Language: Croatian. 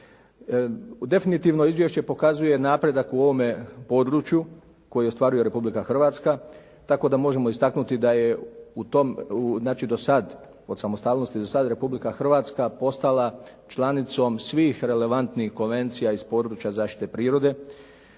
Definitivno izvješće pokazuje napredak u ovome području koje ostvaruje Republika Hrvatska, tako da možemo istaknuti da je do sada, od samostalnosti do sada, Republika Hrvatska postala članicom svih relevantnih konvencija iz područja zaštite prirode,